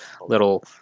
little